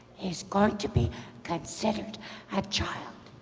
is going to be considered a child,